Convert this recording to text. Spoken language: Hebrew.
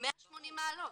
180 מעלות.